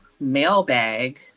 mailbag